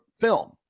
film